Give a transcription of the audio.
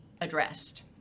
addressed